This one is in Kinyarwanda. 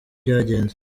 byagenze